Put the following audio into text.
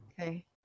Okay